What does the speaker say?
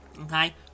okay